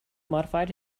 modified